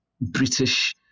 British